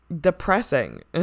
depressing